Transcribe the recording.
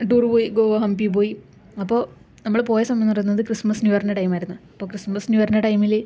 tour പോയി ഗോവ ഹംപി പോയി അപ്പോൾ നമ്മള് പോയ സമയം എന്ന് പറയുന്നത് ക്രിസ്മസ് ന്യൂ ഇയറിന്റെ ടൈമായിരുന്നു അപ്പോൾ ക്രിസ്മസ് ന്യൂ ഇയറിന്റെ ടൈമില്